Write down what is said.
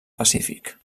pacífic